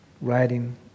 writing